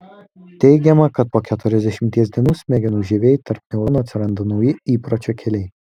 teigiama kad po keturiasdešimties dienų smegenų žievėj tarp neuronų atsiranda nauji įpročio keliai